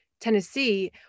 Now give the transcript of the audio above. Tennessee